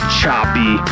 choppy